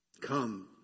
Come